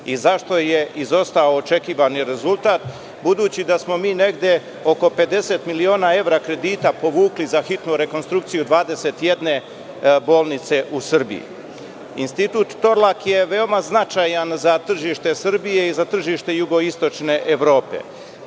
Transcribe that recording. i zašto je izostao očekivani rezultat, budući da smo mi negde oko 50 miliona evra kredita povukli za hitnu rekonstrukciju 21 bolnice u Srbiji. Institut „Torlak“ je veoma značajan za tržište Srbije i za tržište jugoistočne Evrope.